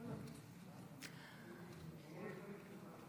תודה רבה,